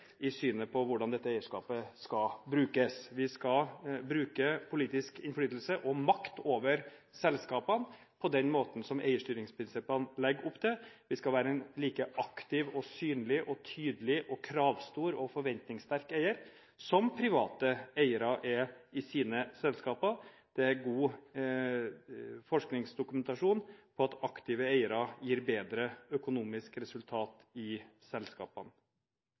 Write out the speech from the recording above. i synet på hvordan dette eierskapet skal brukes. Vi skal bruke politisk innflytelse og makt over selskapene på den måten som eierstyringsprinsippene legger opp til. Vi skal være en like aktiv og synlig og tydelig og kravstor og forventningssterk eier som private eiere er i sine selskaper. Det er god forskningsdokumentasjon på at aktive eiere gir bedre økonomisk resultat i selskapene.